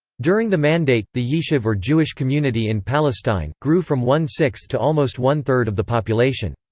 during the mandate, the yishuv or jewish community in palestine, grew from one-sixth to almost one-third of the population.